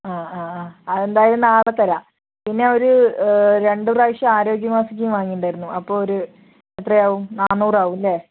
ആ ആ ആ അത് എന്തായാലും നാളെ തരാം പിന്നേ ഒരു രണ്ട് പ്രാവശ്യം ആരോഗ്യ മാസികയും വാങ്ങിയിട്ടുണ്ടായിരുന്നു അപ്പോൾ ഒരു എത്രയാവും നാനൂറാവും അല്ലേ